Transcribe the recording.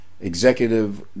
executive